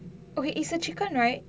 okay is a chicken right